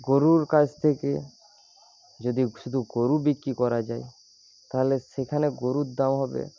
গরুর কাছ থেকে যদি শুধু গরু বিক্রি করা যায় তাহলে সেখানে গরুর দাম হবে